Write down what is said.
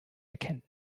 erkennen